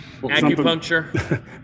Acupuncture